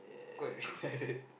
quite